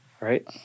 right